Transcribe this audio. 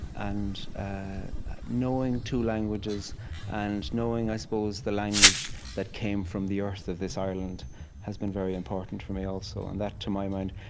and knowing two languages and knowing, i suppose, the language that came from the earth of this ireland has been very important for me also. and that, to my mind,